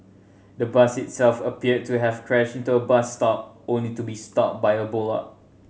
the bus itself appeared to have crashed into a bus stop only to be stopped by a bollard